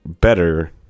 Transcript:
better